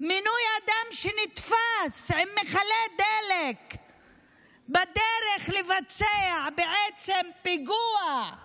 מינוי אדם שנתפס עם מכלי דלק בדרך לבצע פיגוע להיות